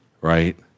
right